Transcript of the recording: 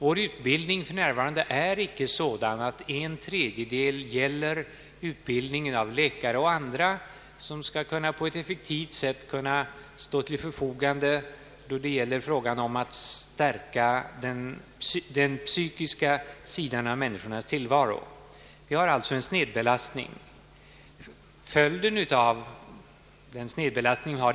I utbildningen av läkare är det för närvarande inte en tredjedel som utbildas för att på ett effektivt sätt stå till förfogande då det gäller att stärka den psykiska sidan av människornas tillvaro. Det är alltså en snedbelastning på det området.